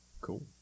Cool